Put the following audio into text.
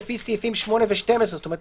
לפי סעיף 8 ו-12..." זאת אומרת,